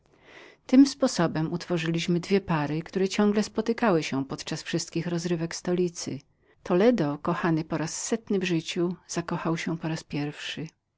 tym sposobem utworzyliśmy dwie pary które ciągle spotykały się pośród wszystkich uroczystości madrytu toledo kochany po setny raz w życiu ja zaś zakochany po raz pierwszy